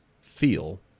feel